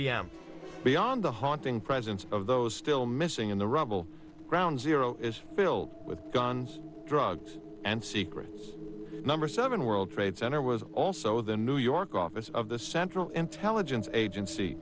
m beyond the haunting presence of those still missing in the rubble ground zero is filled with guns drugs and secret number seven world trade center was also the new york office of the central intelligence agency